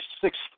sixth